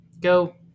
go